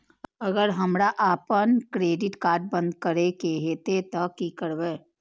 अगर हमरा आपन क्रेडिट कार्ड बंद करै के हेतै त की करबै?